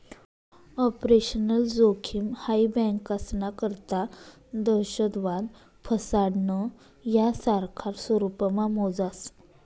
operational जोखिम हाई बँकास्ना करता दहशतवाद, फसाडणं, यासारखा स्वरुपमा मोजास